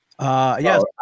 Yes